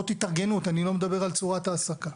אני לא מדבר על צורת העסקה.